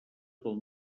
del